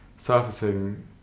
surfacing